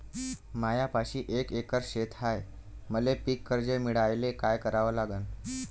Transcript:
मायापाशी एक एकर शेत हाये, मले पीककर्ज मिळायले काय करावं लागन?